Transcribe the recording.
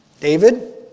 David